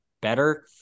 better